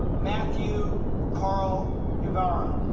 matthew carl guevara